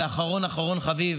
ואחרון אחרון חביב,